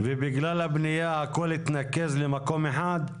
ובגלל הבנייה הכול התנקז למקום אחד?